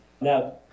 Now